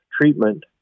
treatment